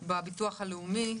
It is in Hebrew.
בביטוח הלאומי,